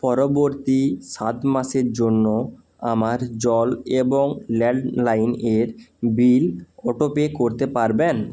পরবর্তী সাত মাসের জন্য আমার জল এবং ল্যান্ডলাইন এর বিল অটোপে করতে পারবেন